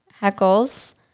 Heckles